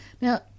Now